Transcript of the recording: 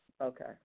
Okay